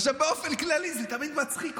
באופן כללי זה תמיד מצחיק אותי.